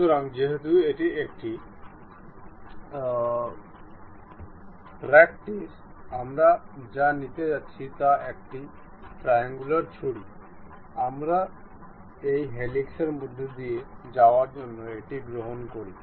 সুতরাং যেহেতু এটি একটি প্র্যাক্টিস আমরা যা নিতে যাচ্ছি তা একটি ট্রায়াঙ্গুলার ছুরি আমরা এই হেলিক্সের মধ্য দিয়ে যাওয়ার জন্য এটি গ্রহণ করি